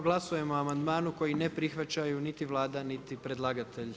Glasujemo o amandmanu koji ne prihvaćaju niti Vlada niti predlagatelj.